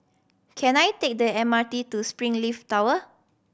can I take the M R T to Springleaf Tower